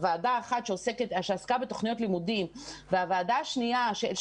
הוועדה האחת שעסקה בתוכניות לימודים של היוזמה,